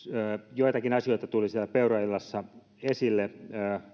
joitakin asioita tuli siellä peuraillassa esille